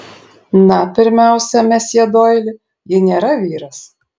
na pirmiausia mesjė doili ji nėra vyras